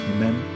Amen